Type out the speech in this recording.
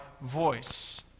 voice